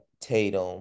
Tatum